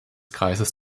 kreises